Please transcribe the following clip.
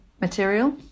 material